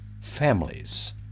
families